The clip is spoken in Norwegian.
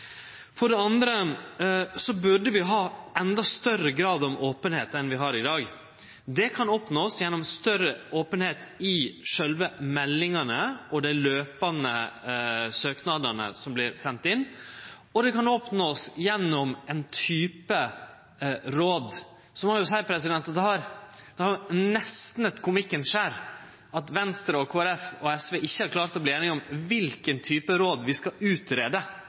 For det andre burde vi ha ein endå større grad av openheit enn vi har i dag. Det kan ein oppnå gjennom større openheit i sjølve meldingane og dei løpande søknadene som vert sende inn, og ein kan oppnå det gjennom ein type råd. Eg må seie at det har nesten eit komikkens skjær over seg at Venstre, Kristeleg Folkeparti og SV ikkje har klart å verte einige om kva type råd vi skal